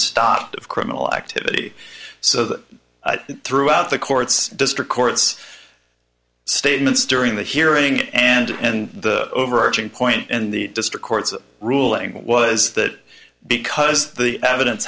stopped of criminal activity so that throughout the courts district courts statements during the hearing and and the overarching point in the district court's ruling was that because the evidence